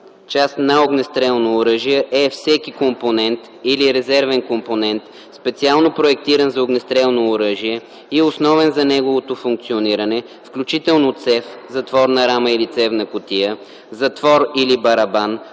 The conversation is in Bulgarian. „Част на огнестрелно оръжие“ е всеки компонент или резервен компонент, специално проектиран за огнестрелно оръжие и основен за неговото функциониране, включително цев, затворна рама или цевна кутия, затвор или барабан,